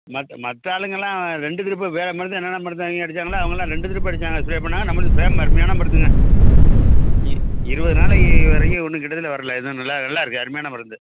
மற்ற ஆளுங்கள்லாம் ரெண்டு ட்ரிப்பு வேறு மருந்து என்னென்ன மருந்து வாங்கி அடித்தாங்களோ அவங்கள்லாம் ரெண்டு ட்ரிப்பு அடித்தாங்க சொல்லப் போனால் நம்மளுது அருமையான மருந்துங்க இருபது நாளைக்கு வரைக்கும் ஒன்றும் கெடுதலும் வரல எதுவும் நல்லா நல்லா இருக்குது அருமையான மருந்து